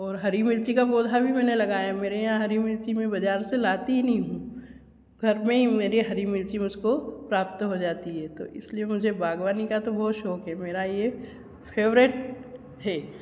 हरी मिर्ची का पौधा भी मैंने लगा रखा है मेरे यहाँ मिर्ची मैं बाज़ार से लाती हीं नहीं हूँ घर में हीं मेरे हरी मिर्ची मुझको प्राप्त हो जाती है तो इसलिए मुझे बागवानी का तो बहुत शौक है ये मेरा फेवरेट है